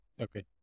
Okay